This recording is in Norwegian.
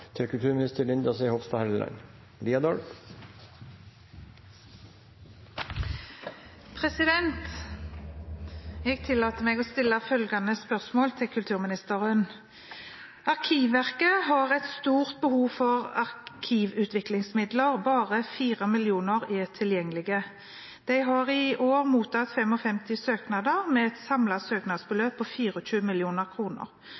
til kulturministeren: «Arkivverket har et stort behov for arkivutviklingsmidler, bare 4 mill. kroner er tilgjengelig. De har i år mottatt 55 søknader med et samlet søknadsbeløp på 24 mill. kroner.